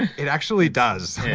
it actually does.